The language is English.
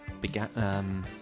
began